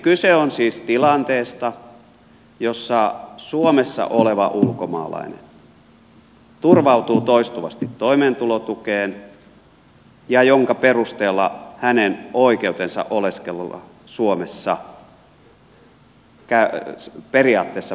kyse on siis tilanteesta jossa suomessa oleva ulkomaalainen turvautuu toistuvasti toimeentulotukeen ja jonka perusteella hänen oikeutensa oleskella suomessa periaatteessa päättyy